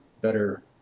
better